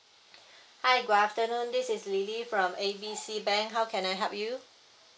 hi good afternoon this is lily from A B C bank how can I help you